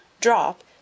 drop